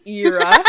era